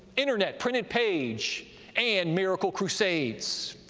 internet, printed page and miracle crusades.